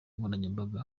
nkoranyambaga